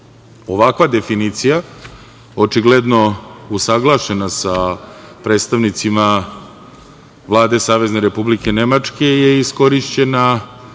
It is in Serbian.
Srbije. Ovakva definicija očigledno usaglašena sa predstavnicima Vlade Savezne Republike Nemačke je iskorišćena